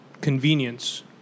convenience